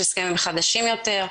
יש הסכמים חדשים יותר.